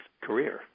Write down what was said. career